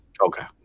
okay